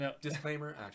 Disclaimer